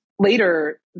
Later